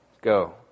Go